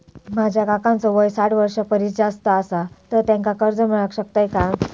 माझ्या काकांचो वय साठ वर्षां परिस जास्त आसा तर त्यांका कर्जा मेळाक शकतय काय?